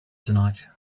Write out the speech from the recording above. tonight